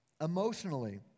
Emotionally